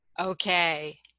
Okay